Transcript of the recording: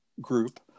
group